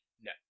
No